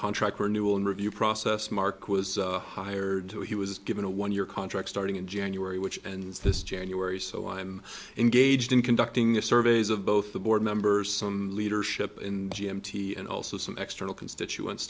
contract renewal and review process mark was hired to he was given a one year contract starting in january which ans this january so i'm engaged in conducting a surveys of both the board members some leadership in g m t and also some extra constituents